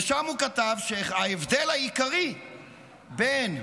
ושם הוא כתב שההבדל העיקרי בין